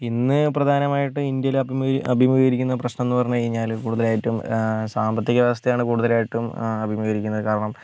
ഇന്ന് പ്രധാനമായിട്ടും ഇന്ത്യയിൽ അഭിമു അഭിമുഖീകരിക്കുന്ന പ്രശ്നം എന്ന് പറഞ്ഞു കഴിഞ്ഞാൽ കൂടുതലായിട്ടും സാമ്പത്തിക വ്യവസ്ഥയാണ് കൂടുതലായിട്ടും അഭിമുഖീകരിക്കുന്നത് കാരണം